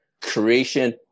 creation